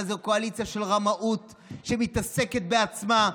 אבל זו קואליציה של רמאות שמתעסקת בעצמה,